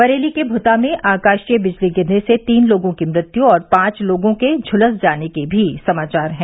बरेली के भुता में आकाशीय बिजली गिरने से तीन लोगों की मृत्यु और पांच लोगों के झुलस जाने के भी समाचार हैं